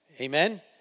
Amen